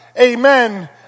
amen